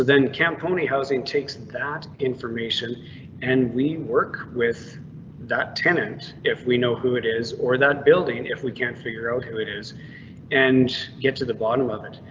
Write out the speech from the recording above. then camponi housing takes that. information and we work with that tenant. if we know who it is or that building and if we can't figure out who it is and get to the bottom of it.